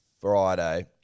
Friday